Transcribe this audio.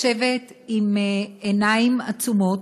לשבת בעיניים עצומות,